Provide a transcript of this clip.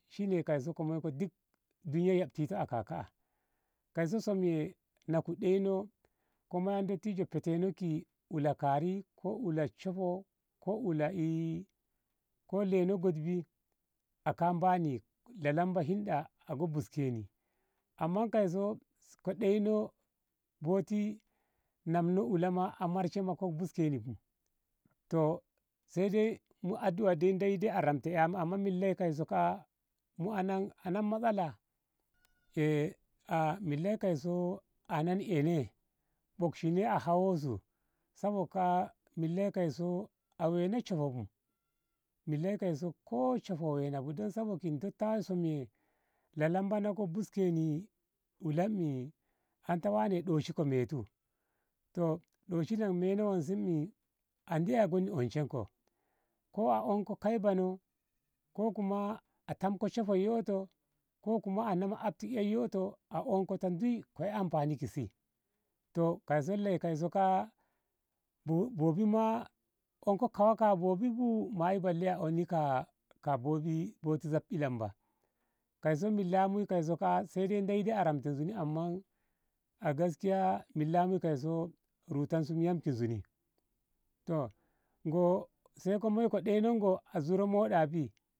Shine kaiso ko moiko duk duniya yabti toh aka ka a kaiso somye na ku deino ko moya dottijoh heteno ki ula kari ko ula shoho ko ko ula ee leino godbi aka bani lalamba hinɗa ago biske ni amma kaiso ko deino boti namno ula ma amarshe ko buska ne bu toh sai dai mu adu'a dai ndeyi dai a ramte ya mu amma milla kaiso ka a andi matsala milla kaiso anan ene bokshi ne a hawo su sabo ka a milla kaiso a wena shoho bu milla kaiso ko shoho a wena bu don sabo tasu lalamba na ko biska ne ulanni a ena ta wane ɗoshi ko metu toh doshi na ko meno wonsi e andi eiyo goni onshenko ko a onko kaibono ko kuma a tamko shohoi yoto ko kuma a nama haftin yoto a onko ana ta dui ko e amfani si toh kaiso la kaiso ka a onko kawa ka bobi bu balle oni ka boti zab i lamba kaiso millamu kaiso ka a sai dai ndeyi ramte zunu amma a gaskiya millamu kaiso rutan su yam ki zunu toh sai ko, ko maiko deinok ngo a zuro modabi.